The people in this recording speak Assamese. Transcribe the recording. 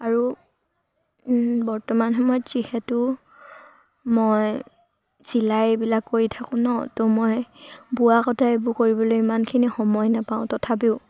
আৰু বৰ্তমান সময়ত যিহেতু মই চিলাই এইবিলাক কৰি থাকোঁ নহ্ ত' মই বোৱা কটা এইবোৰ কৰিবলৈ ইমানখিনি সময় নাপাওঁ তথাপিও